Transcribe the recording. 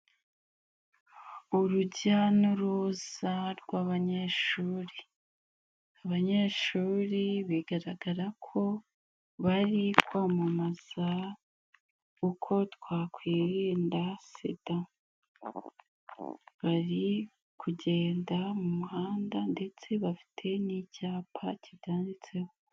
Urujya n'uruza rw'abanyeshuri. Abanyeshuri bigaragara ko bari kwamamaza uko twakwirinda sida. Bari kugenda mu muhanda ndetse bafite n'icyapa kibyanditseho.